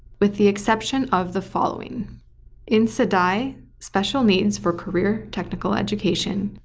with the exception of the following in sdaie special needs for career technical education,